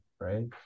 right